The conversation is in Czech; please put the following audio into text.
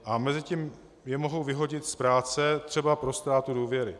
A mezitím je mohou vyhodit z práce třeba pro ztrátu důvěry.